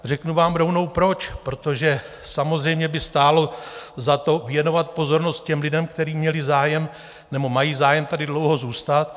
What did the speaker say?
Řeknu vám rovnou proč protože samozřejmě by stálo za to, věnovat pozornost lidem, kteří měli zájem nebo mají zájem tady dlouho zůstat.